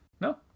No